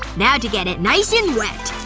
now to get it nice and wet